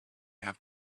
have